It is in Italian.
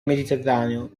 mediterraneo